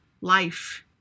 life